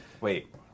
Wait